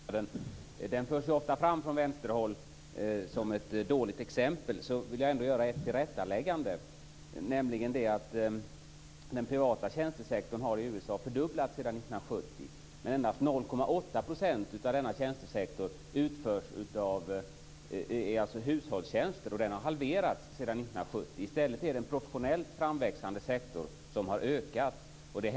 Fru talman! Jag kom in här i kammaren för att så småningom hålla ett anförande om klasspolitik. Jag hörde då Camilla Sköld tala om den amerikanska arbetsmarknaden. Då den från vänsterhåll ofta förs fram som ett dåligt exempel vill jag ändå göra ett tillrättaläggande, nämligen att den privata tjänstesektorn i USA har fördubblats sedan 1970. Endast 0,8 % av denna tjänstesektor utgörs av hushållstjänster, och den har halverats sedan 1970. I stället är det en professionell framväxande sektor som har ökat.